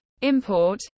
import